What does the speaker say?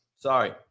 Sorry